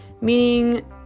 meaning